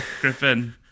Griffin